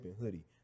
hoodie